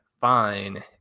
fine